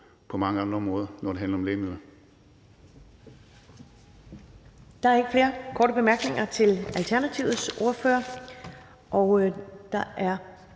på mange andre områder, når det handler om lægemidler.